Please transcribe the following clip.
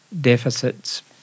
deficits